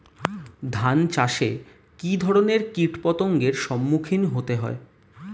ধান চাষে কী ধরনের কীট পতঙ্গের সম্মুখীন হতে হয়?